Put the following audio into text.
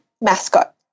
mascot